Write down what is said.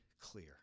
clear